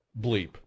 bleep